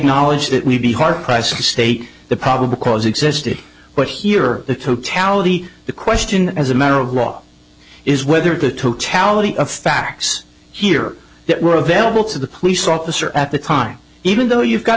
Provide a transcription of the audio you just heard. knowledge that we'd be hard pressed to state the probable cause existed but here the totality the question as a matter of law is whether the totality of facts here that were available to the police officer at the time even though you've got